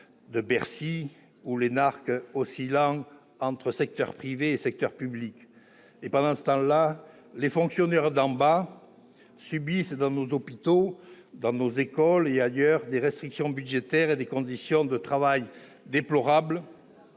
de Bercy ou l'énarque oscillant entre secteur privé et secteur public. Pendant ce temps, les fonctionnaires « d'en bas » subissent dans nos hôpitaux, nos écoles et ailleurs des restrictions budgétaires et des conditions de travail déplorables,